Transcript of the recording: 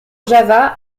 java